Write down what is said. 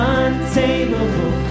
untamable